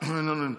אינו נוכח.